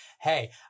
hey